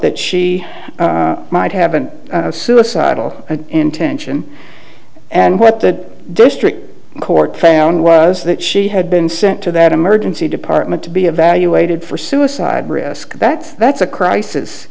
that she might have been suicidal intention and what the district court found was that she had been sent to that emergency department to be evaluated for suicide risk that that's a crisis